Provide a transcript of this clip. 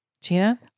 Gina